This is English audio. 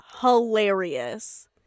Hilarious